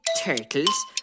turtles